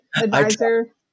advisor